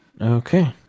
Okay